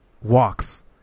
walks